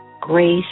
grace